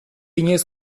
inoiz